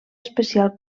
especial